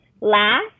Last